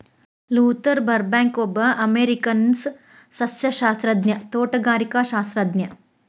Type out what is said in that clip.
Luther ಬರ್ಬ್ಯಾಂಕ್ಒಬ್ಬ ಅಮೇರಿಕನ್ಸಸ್ಯಶಾಸ್ತ್ರಜ್ಞ, ತೋಟಗಾರಿಕಾಶಾಸ್ತ್ರಜ್ಞ